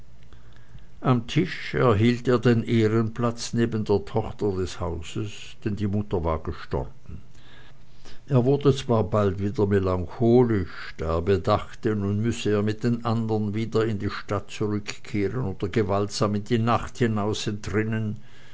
am tisch erhielt er den ehrenplatz neben der tochter des hauses denn die mutter war gestorben er wurde zwar bald wieder melancholisch da er bedachte nun müsse er mit den andern wieder in die stadt zurückkehren oder gewaltsam in die nacht hinaus entrinnen